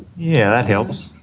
yeah, that helps.